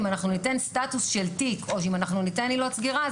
אנחנו ניתן סטטוס של תיק או שאם אנחנו ניתן עילות סגירה,